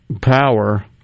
power